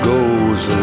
goes